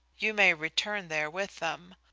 you may return there with them,